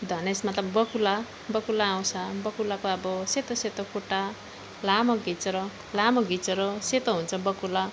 धनेस मतलब बकुल्ला बकुल्ला आउँछ बकुल्लाको अब सेतो सेतो खुट्टा लाम्रो घिच्रो लामो घिच्रो सेतो हुन्छ बकुल्ला